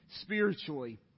spiritually